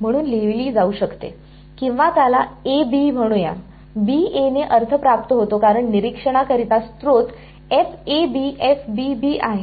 म्हणून लिहिली जाऊ शकते किंवा त्याला AB म्हणूया BA ने अर्थ प्राप्त होतो कारण निरीक्षणाकरिता स्त्रोत आहे